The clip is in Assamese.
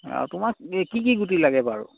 অঁ তোমাক কি কি গুটি লাগে বাৰু